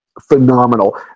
phenomenal